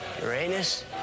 Uranus